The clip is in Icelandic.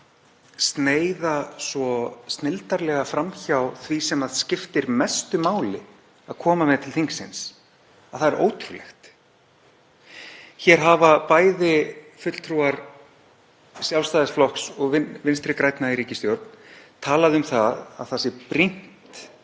að sneiða svo snilldarlega fram hjá því sem skiptir mestu máli að koma með til þingsins að það er ótrúlegt. Hér hafa bæði fulltrúar Sjálfstæðisflokks og Vinstri grænna í ríkisstjórn talað um að brýnt